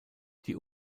die